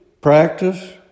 practice